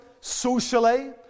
socially